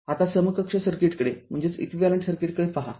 आतासमकक्ष सर्किटकडे पहा